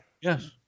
yes